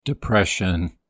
Depression